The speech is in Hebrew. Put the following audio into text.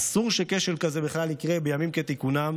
אסור שכשל כזה בכלל יקרה בימים כתיקונם